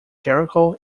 jericho